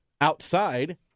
outside